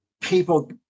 people